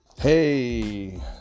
Hey